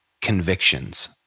convictions